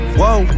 whoa